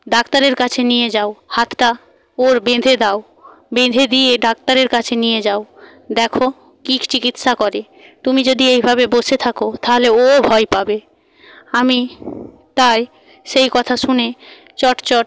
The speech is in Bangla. ডাক্তারের কাছে নিয়ে যাও হাতটা ওর বেঁধে দাও বেঁধে দিয়ে ডাক্তারের কাছে নিয়ে যাও দেখো কী চিকিৎসা করে তুমি যদি এইভাবে বসে থাকো তাহলে ওও ভয় পাবে আমি তাই সেই কথা শুনে চট চট